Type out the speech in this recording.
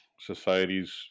Societies